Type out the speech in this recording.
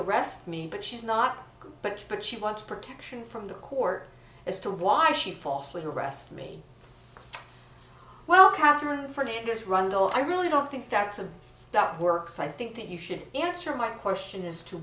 arrest me but she's not but but she wants protection from the court as to why she falsely arrested me well catherine for niggers rundle i really don't think that's a duck who works i think that you should answer my question as to